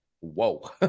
whoa